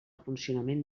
funcionament